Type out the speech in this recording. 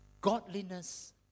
godliness